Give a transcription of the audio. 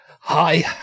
Hi